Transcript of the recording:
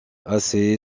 assez